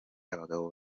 abagabo